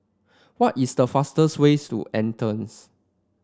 what is the fastest ways to Athens